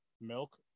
milk